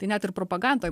tai net ir propagandoj